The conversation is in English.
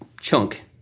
chunk